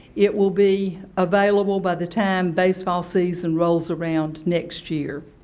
it will be available by the time baseball season rolls around next year.